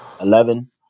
Eleven